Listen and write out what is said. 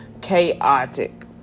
chaotic